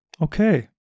Okay